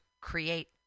create